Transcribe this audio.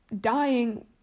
dying